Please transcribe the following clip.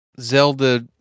zelda